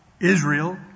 Israel